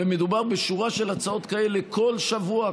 ומדובר בשורה של הצעות כאלה כל שבוע,